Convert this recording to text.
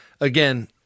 again